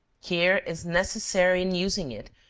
care is necessary in using it,